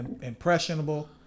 Impressionable